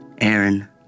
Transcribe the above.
Aaron